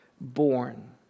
born